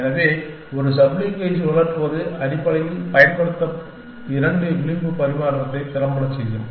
எனவே ஒரு சப்லிங்கை சுழற்றுவது அடிப்படையில் பயன்படுத்த இரண்டு விளிம்பு பரிமாற்றத்தை திறம்பட செய்யும்